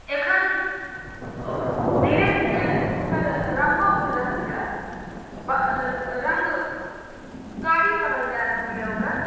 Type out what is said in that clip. एखन धीरे धीरे ओकर रङ्गो उड़ि रहल यऽ रङ्ग कारी पड़ल जा रहल यऽ ओकर